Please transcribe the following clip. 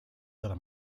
della